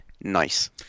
Nice